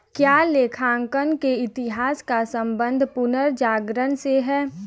क्या लेखांकन के इतिहास का संबंध पुनर्जागरण से है?